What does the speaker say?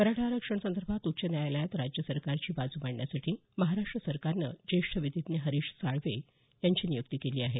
मराठा आरक्षणसंदर्भात उच्च न्यायालयात राज्य सरकारची बाजू मांडण्यासाठी महाराष्ट्र सरकारनं ज्येष्ठ विधिज्ञ हरीश साळवे यांची नियुक्ती केली आहे